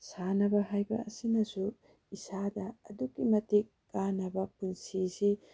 ꯁꯥꯟꯅꯕ ꯍꯥꯏꯕ ꯑꯁꯤꯅꯁꯨ ꯏꯁꯥꯗ ꯑꯗꯨꯛꯀꯤ ꯃꯇꯤꯛ ꯀꯥꯟꯅꯕ ꯄꯨꯟꯁꯤꯁꯤ